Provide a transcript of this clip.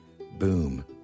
boom